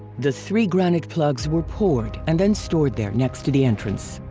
the three granite plugs were poured and then stored there, next to the entrance.